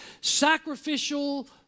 sacrificial